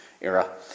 era